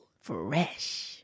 Fresh